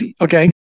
Okay